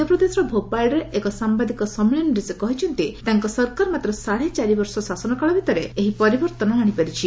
ମଧ୍ୟପ୍ରଦେଶର ଭୋପାଳଠାରେ ଏକ ସାମ୍ଧାଦିକ ସମ୍ମିଳନୀରେ ସେ କହିଛନ୍ତି ତାଙ୍କ ସରକାର ମାତ୍ର ସାଡ଼େ ଚାରି ବର୍ଷ ଶାସନକାଳ ଭିତରେ ଏହି ପରିବର୍ତ୍ତନ ଆଣିପାରିଛନ୍ତି